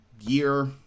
year